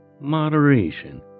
Moderation